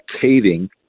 caving